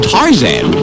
Tarzan